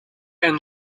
and